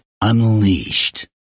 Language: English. Unleashed